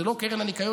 זו לא קרן הניקיון,